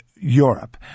Europe